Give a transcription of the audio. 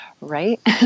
Right